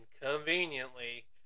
conveniently